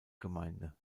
gemeinde